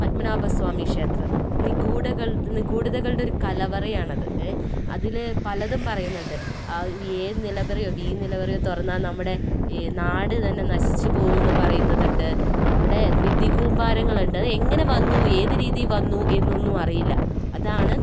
പത്മനാഭസ്വാമി ക്ഷേത്രം നിഗൂഢക നിഗൂഢതകളുടെ ഒരു കാലവറയാണത് ഏ അതില് പലതും പറയുന്നുണ്ട് ആഹ് എ നിലവറയോ ബി നിലവറയോ തുറന്നാൽ നമ്മുടെ ഈ നാട് തന്നെ നശിച്ചുപോകും എന്ന് പറയുന്നതുണ്ട് അവിടെ നിധി കൂമ്പാരങ്ങളുണ്ട് എങ്ങനെ വന്നു ഏത് രീതിയിൽ വന്നു എന്നൊന്നും അറിയില്ല അതാണ്